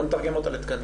בוא נתרגם אותה לתקנים.